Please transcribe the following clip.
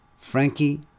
Frankie